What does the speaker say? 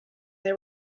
they